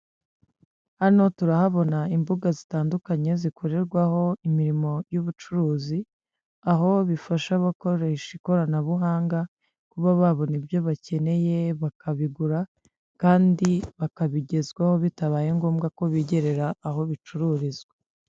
Hano turahabona imbuga zitandukanye zikorerwaho imirimo y'ubucuruzi, aho bifasha abakoresha ikoranabuhanga kuba babona ibyo bakeneye bakabigura kandi bakabigezwaho bitabaye ngombwa ko bigerera aho bicururizwa.